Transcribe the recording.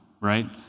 right